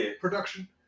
Production